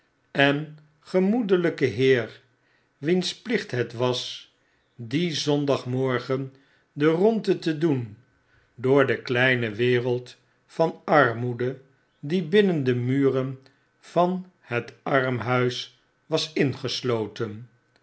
en gemoedelijken heer wiens plicht het was dien zondag morgen de rondte te doen door de kleine wereld van armoede die binnen de muren van het armhuis was ingesloten